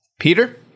Peter